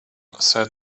said